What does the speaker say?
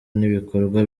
n’ibikorwa